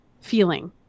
feeling